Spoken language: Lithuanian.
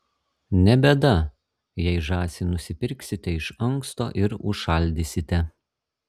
ne bėda jei žąsį nusipirksite iš anksto ir užšaldysite